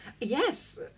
Yes